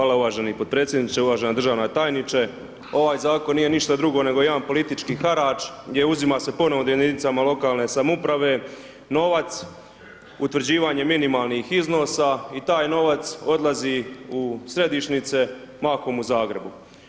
Hvala uvaženi potpredsjedniče, uvažena državna tajniče, ovaj zakon nije ništa drugo nego jedan politički harač gdje uzima se ponovno jedinicama lokalne samouprave novac, utvrđivanje minimalnih iznosa i taj novac odlazi u središnjice, mahom u Zagrebu.